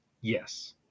Yes